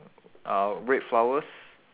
uh red flowers